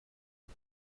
بود